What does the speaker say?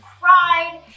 cried